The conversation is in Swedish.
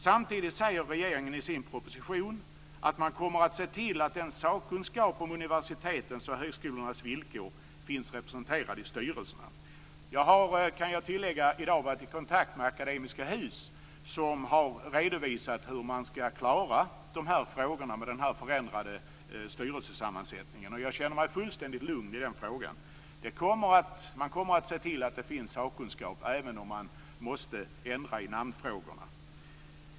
Samtidigt säger regeringen i sin proposition att man kommer att se till att sakkunskap om universitetens och högskolornas villkor finns representerad i styrelserna. Jag har, kan jag tillägga, i dag varit i kontakt med Akademiska Hus, som har redovisat hur man skall klara de här frågorna med en förändrade styrelsesammansättning. Jag känner mig fullständigt lugn i den frågan. Man kommer att se till att det finns sakkunskap även om man måste ändra i namnfrågorna.